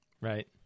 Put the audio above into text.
Right